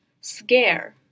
scare